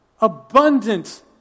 abundant